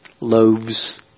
Loaves